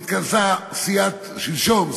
שלשום,